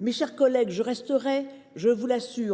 Mes chers collègues, je resterai